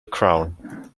crown